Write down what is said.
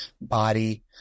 body